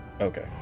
Okay